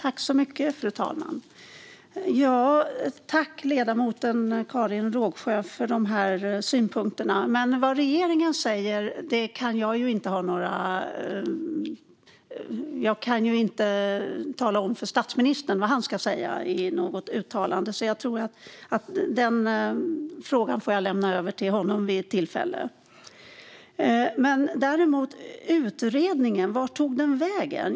Fru talman! Tack, ledamoten Karin Rågsjö, för dessa synpunkter! Jag kan inte tala om för statsministern vad han ska säga i något uttalande, så jag tror att jag får lämna över den frågan till honom vid tillfälle. Vart tog utredningen vägen?